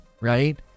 right